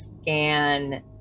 scan